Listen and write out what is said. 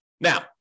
Now